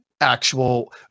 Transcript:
actual